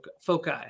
foci